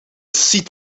ziet